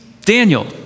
Daniel